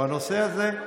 בנושא הזה.